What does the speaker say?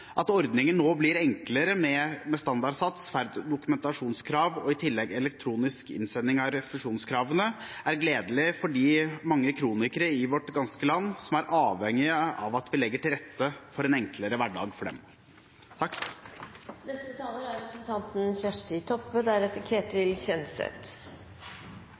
At ordningen nå blir enklere, med standardsats, færre dokumentasjonskrav og i tillegg elektronisk innsending av refusjonskravene, er gledelig for de mange kronikere i vårt ganske land som er avhengige av at vi legger til rette for en enklere hverdag for dem. Senterpartiet støttar lovendringane og ønskjer dei velkomne. Dette er